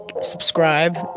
subscribe